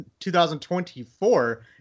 2024